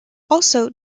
also